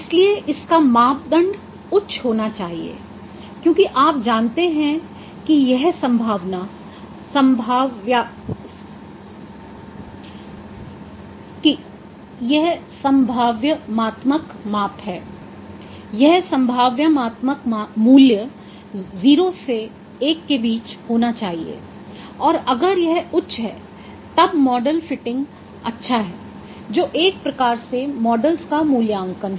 इसलिए इसका मापदंड उच्च होना चाहिए क्योंकि आप जानते हैं कि यह संभाव्यमात्मक माप है यह संभाव्यमात्मक मूल्य 0 से 1 के बीच होना चाहिए और अगर यह उच्च है तब मॉडल फिटिंग अच्छा है जो एक प्रकार से मॉडल्स का मूल्यांकन है